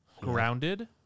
Grounded